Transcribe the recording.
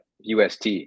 UST